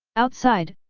outside,